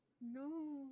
No